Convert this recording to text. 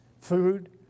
food